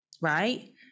right